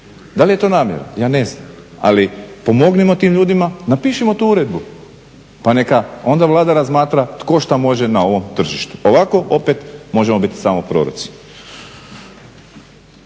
Da li je to namjerno? Ja ne znam, ali pomognimo tim ljudima, napišimo tu uredbu, pa neka onda Vlada razmatra tko šta može na ovom tržištu. Ovako opet možemo biti samo proroci.